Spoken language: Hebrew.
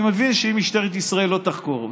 אני מבין שאם משטרת ישראל לא תחקור,